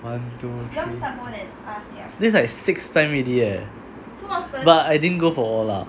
one two three that's like six time already eh but I didn't go for all lah